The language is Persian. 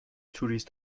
توریست